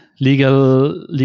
legal